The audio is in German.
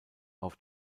auf